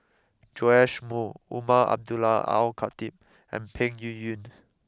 Joash Moo Umar Abdullah Al Khatib and Peng Yuyun